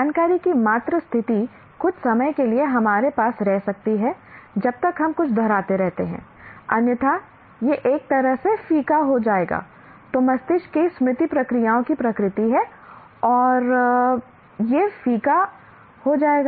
जानकारी की मात्र स्थिति कुछ समय के लिए हमारे पास रह सकती है जब तक हम कुछ दोहराते रहते हैं अन्यथा यह एक तरह से फीका हो जाएगा जो मस्तिष्क की स्मृति प्रक्रियाओं की प्रकृति है और यह फीका हो जाएगा